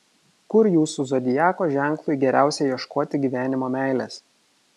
kur jūsų zodiako ženklui geriausia ieškoti gyvenimo meilės